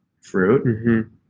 fruit